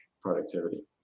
productivity